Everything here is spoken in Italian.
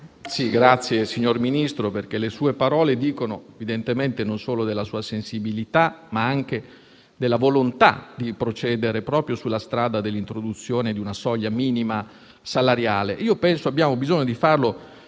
Signor Ministro, le sue parole dicono evidentemente non solo della sua sensibilità, ma anche della volontà di procedere proprio sulla strada dell'introduzione di una soglia minima salariale. Penso che abbiamo bisogno di farlo